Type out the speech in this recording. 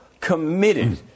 committed